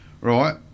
right